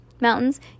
mountains